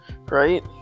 right